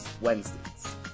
Wednesdays